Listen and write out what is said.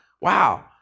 wow